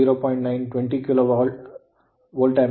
9 20ಕಿಲೋವೋಲ್ಟ್ ಆಂಪೆರ್